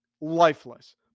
lifeless